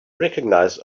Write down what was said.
recognize